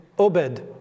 Obed